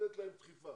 לתת להם דחיפה.